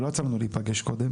ולא יצא לנו להיפגש קודם,